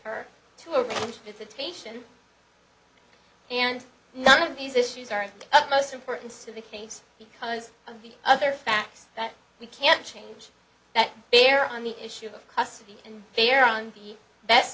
her to a visitation and none of these issues are most important to the case because of the other facts that we can't change that they're on the issue of custody and they're on the best